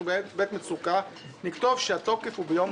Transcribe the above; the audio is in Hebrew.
אנחנו בעת מצוקה נכתוב שהתוקף הוא ביום